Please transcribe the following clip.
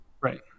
right